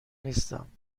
نیستم